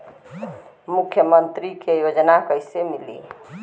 मुख्यमंत्री के योजना कइसे मिली?